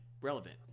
relevant